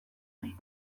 nahi